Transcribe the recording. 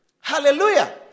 Hallelujah